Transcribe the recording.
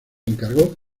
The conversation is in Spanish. encargó